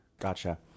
Gotcha